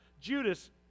Judas